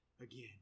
again